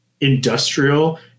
industrial